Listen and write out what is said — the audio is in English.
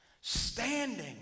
standing